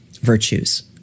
virtues